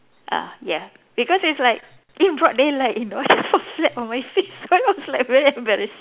ah yeah because it's like in broad daylight you know I just fall flat on my face so I was like very embarrassing